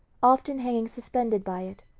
often hanging suspended by it,